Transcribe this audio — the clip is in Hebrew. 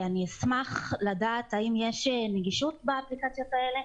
אני אשמח לדעת האם יש נגישות באפליקציות האלה,